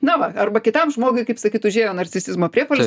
na va arba kitam žmogui kaip sakyt užėjo narcisizmo priepuolis